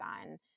on